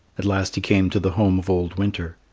at last he came to the home of old winter.